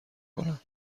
کنم